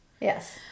Yes